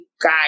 guy